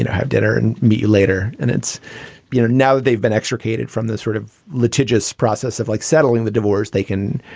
and have dinner and meet you later. and it's you know, now that they've been extricated from this sort of litigious process of like settling the divorce, they can,